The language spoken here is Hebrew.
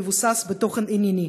ומבוסס על תוכן ענייני.